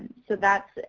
so that's,